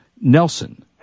Nelson